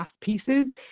pieces